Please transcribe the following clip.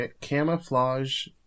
camouflage